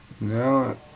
No